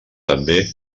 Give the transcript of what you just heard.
també